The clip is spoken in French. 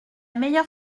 meilleure